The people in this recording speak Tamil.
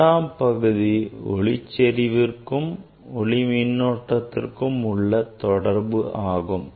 இரண்டாம் பகுதி ஒளிச் செறிவுக்கும் ஒளிமின்னோட்டத்திற்கும் உள்ள தொடர்பாகும்